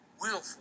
willful